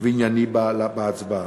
וענייני בהצעה.